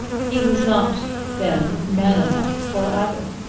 he was not then man enough for either.